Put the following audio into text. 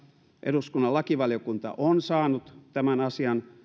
eduskunnan lakivaliokunta on saanut tämän asian